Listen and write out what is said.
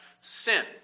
sin